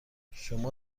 شما